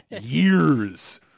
Years